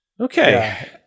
Okay